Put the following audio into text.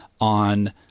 on